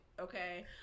Okay